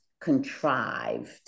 contrived